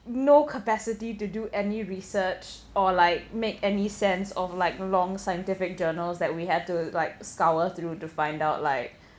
no capacity to do any research or like make any sense of like long scientific journals that we had to like scour through to find out like